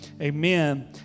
amen